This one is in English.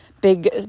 big